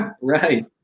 Right